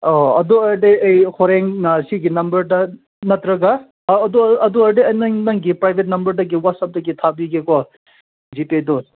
ꯑꯥꯎ ꯑꯗꯨ ꯑꯣꯏꯔꯗꯤ ꯑꯩ ꯍꯣꯔꯦꯟꯅ ꯁꯤꯒꯤ ꯅꯝꯕꯔꯗ ꯅꯠꯇ꯭ꯔꯒ ꯑꯗꯨ ꯑꯗꯨ ꯑꯣꯏꯔꯗꯤ ꯑꯩ ꯅꯪ ꯅꯪꯒꯤ ꯄ꯭ꯔꯥꯏꯚꯦꯠ ꯅꯝꯕꯔꯗꯒꯤ ꯋꯥꯆꯦꯞꯇꯒꯤ ꯊꯥꯕꯤꯒꯦꯀꯣ ꯖꯤꯄꯦꯗꯣ